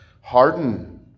harden